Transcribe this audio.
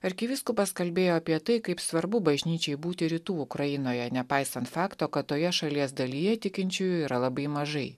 arkivyskupas kalbėjo apie tai kaip svarbu bažnyčiai būti rytų ukrainoje nepaisant fakto kad toje šalies dalyje tikinčiųjų yra labai mažai